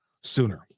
sooner